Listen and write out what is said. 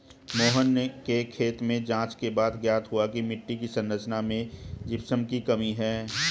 मोहन के खेत में जांच के बाद ज्ञात हुआ की मिट्टी की संरचना में जिप्सम की कमी है